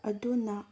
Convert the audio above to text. ꯑꯗꯨꯅ